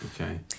Okay